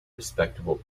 respectable